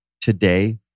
today